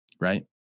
right